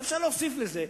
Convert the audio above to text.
אפשר להוסיף לזה,